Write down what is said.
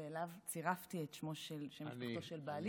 ואליו צירפתי את שם משפחתו של בעלי,